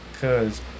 Cause